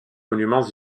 monuments